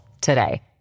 today